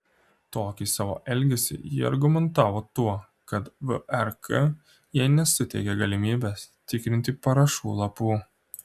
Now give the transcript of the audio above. tokį savo elgesį ji argumentavo tuo kad vrk jai nesuteikė galimybės tikrinti parašų lapų